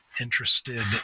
interested